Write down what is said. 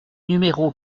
numéro